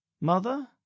Mother